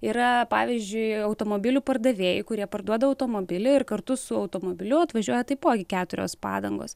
yra pavyzdžiui automobilių pardavėjų kurie parduoda automobilį ir kartu su automobiliu atvažiuoja taipogi keturios padangos